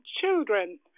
children